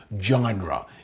genre